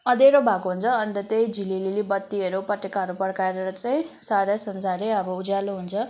अधेँरो भएको हुन्छ अन्त त्यही झिलिलिली बत्तीहरू पटेकाहरू पड्काएर चाहिँ सारा संसारै अब उज्यालो हुन्छ